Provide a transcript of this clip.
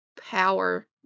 power